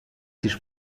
τις